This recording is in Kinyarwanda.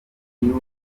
gihugu